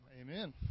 amen